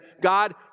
God